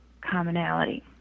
commonality